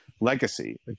legacy